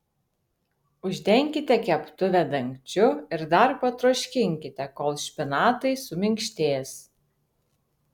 uždenkite keptuvę dangčiu ir dar patroškinkite kol špinatai suminkštės